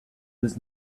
this